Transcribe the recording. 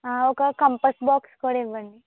ఒక compass box కూడా ఇవ్వండి